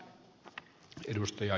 arvoisa puhemies